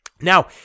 Now